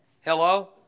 Hello